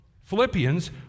Philippians